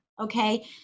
Okay